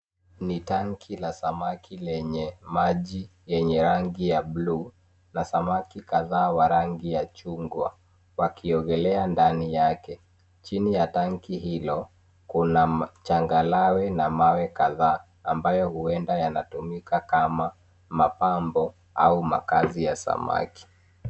Ni tanki la samaki lenye maji lenye rangi ya buluu na samaki kadhaa wa rangi ya chungwa wakiogelea ndani yake. Chini ya tanki hilo kuna changarawe na mawe kadhaa ambayo huenda yanatumika kama mapambo au makaazi ya samaki.